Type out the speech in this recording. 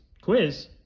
Quiz